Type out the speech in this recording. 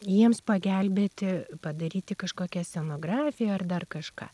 jiems pagelbėti padaryti kažkokią scenografiją ar dar kažką